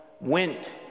went